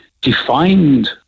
defined